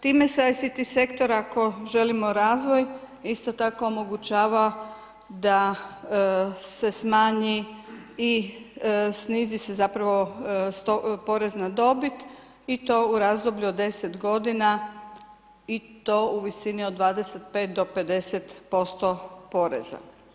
Time se ICT sektor ako želimo razvoj isto tako omogućava da se smanji i snizi se porez na dobit i to u razdoblju od deset godina i to u visini od 25 do 50% poreza.